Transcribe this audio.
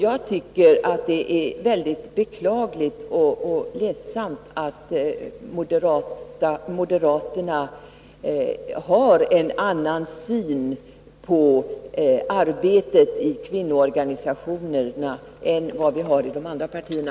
Jag tycker det är beklagligt och ledsamt att moderaterna har en annan syn på arbetet i kvinnoorganisationerna än vad vi har inom de andra partierna.